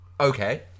okay